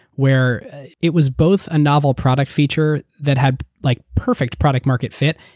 where it was both a novel product feature that had like perfect product market fit,